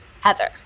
Heather